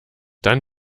dann